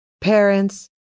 Parents